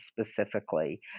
specifically